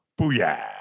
Booyah